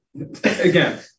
Again